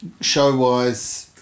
show-wise